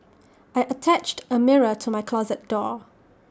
I attached A mirror to my closet door